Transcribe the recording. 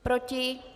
Proti?